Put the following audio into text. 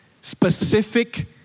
specific